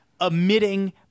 emitting